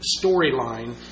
storyline